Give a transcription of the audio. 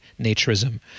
naturism